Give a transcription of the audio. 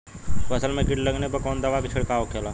फसल में कीट लगने पर कौन दवा के छिड़काव होखेला?